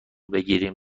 بگیریم